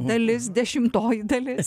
dalis dešimtoji dalis